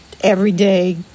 everyday